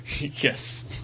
Yes